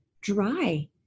dry